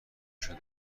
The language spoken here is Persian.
شدم